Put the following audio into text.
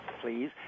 please